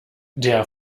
der